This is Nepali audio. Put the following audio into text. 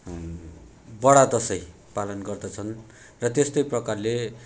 बडादसैँ पालन गर्दछन् र त्यस्तै प्रकारले